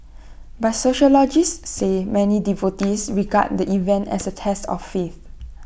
but sociologists say many devotees regard the event as A test of faith